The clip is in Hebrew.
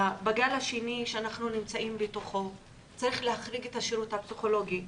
בגל השני שאנחנו נמצאים בתוכו צריך להחריג את השירות הפסיכולוגי,